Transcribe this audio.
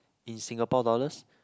in Singapore dollars